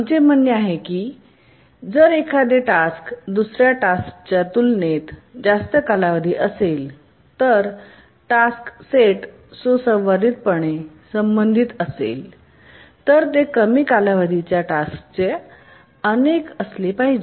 आमचे म्हणणे आहे की जर एखादे टास्क दुसर्या टास्कच्या तुलनेत जास्त कालावधी असेल तर टास्क सेट सुसंवादीपणे संबंधित असेल तर ते कमी कालावधी च्या टास्कचे अनेक असले पाहिजे